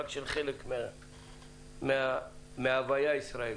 רק של חלק מההוויה הישראלית.